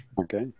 Okay